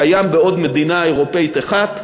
קיים בעוד מדינה אירופית אחת,